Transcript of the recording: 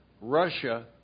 Russia